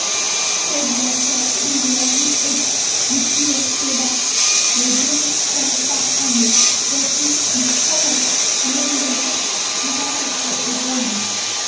state bank of India ही एक वित्तीय सेवा वैधानिक संस्था आहे ज्याचे मुख्यालय मुंबई, महाराष्ट्र येथे आहे